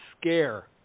scare